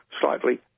slightly